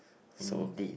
so